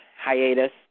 hiatus